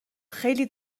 خیلی